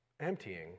emptying